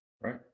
Right